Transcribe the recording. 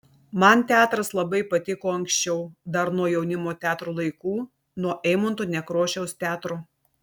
man teatras labai patiko anksčiau dar nuo jaunimo teatro laikų nuo eimunto nekrošiaus teatro